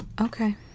Okay